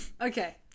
Okay